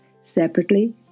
separately